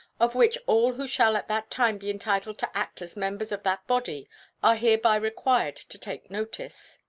of which all who shall at that time be entitled to act as members of that body are hereby required to take notice.